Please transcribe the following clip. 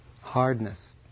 hardness